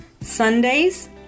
Sundays